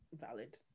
Valid